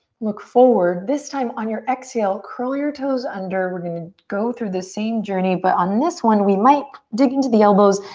look forward. this time on your exhale, curl your toes under, we're gonna go through this same journey but on this one we might dig into the elbows,